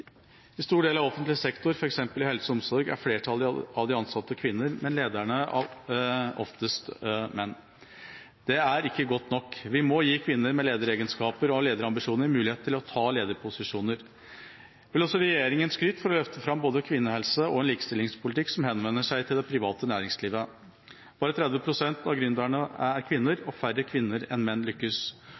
I stor del av offentlig sektor, f.eks. i helse og omsorg, er flertallet av de ansatte kvinner, men lederne er oftest menn. Det er ikke godt nok. Vi må gi kvinner med lederegenskaper og lederambisjoner mulighet til å ta lederposisjoner. Jeg vil også gi regjeringa skryt for å løfte fram både kvinnehelse og en likestillingspolititikk som henvender seg til det private næringslivet. Bare 30 pst. av gründerne er kvinner, og færre kvinner enn menn lykkes.